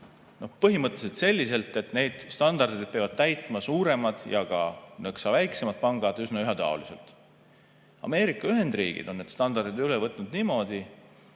põhimõtteliselt selliselt, et neid standardeid peavad täitma suuremad ja ka nõks väiksemad pangad üsna ühetaoliselt. Ameerika Ühendriigid on need standardid üle võtnud niimoodi,